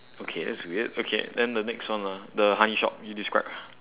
okay that's weird okay then the next one ah the honey shop you describe